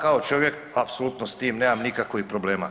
Ja kao čovjek apsolutno s tim nemam nikakvih problema.